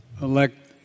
elect